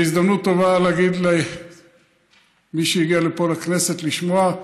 זאת הזדמנות טובה להגיד למי שהגיע פה לכנסת לשמוע,